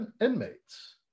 inmates